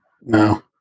No